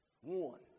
one